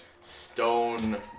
stone